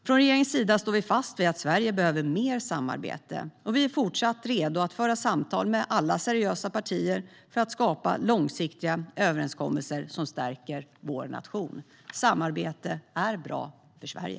Från regeringens sida står vi fast vid att Sverige behöver mer av samarbete, och vi är fortsatt redo att föra samtal med alla seriösa partier för att skapa långsiktiga överenskommelser som stärker vår nation. Samarbete är bra för Sverige.